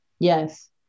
Yes